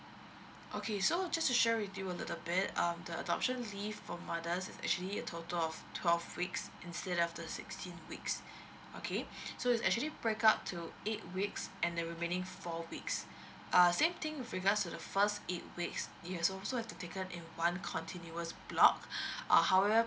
okay so just to share with you a little bit um the adoption leave for mothers is actually a total of twelve weeks instead of the sixteen weeks okay so is actually break up to eight weeks and the remaining four weeks uh same thing with regards to the first eight weeks it also still have to taken in one continuous block uh however